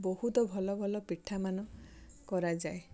ବହୁତ ଭଲ ଭଲ ପିଠା ମାନ କରାଯାଏ